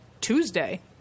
tuesday